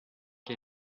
que